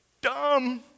dumb